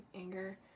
anger